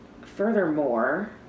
Furthermore